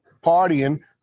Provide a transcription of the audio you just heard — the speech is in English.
partying